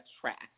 track